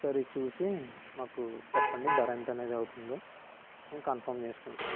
ఒకసారి చూసి మాకు చెప్పండి ధర ఎంత అనేది అవుతుందో మేము కన్ఫర్మ్ చేసుకుంటాం